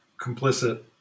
complicit